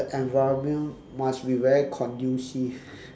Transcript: the environment must be very conducive